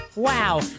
Wow